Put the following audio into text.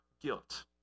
guilt